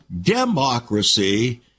democracy